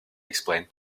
explain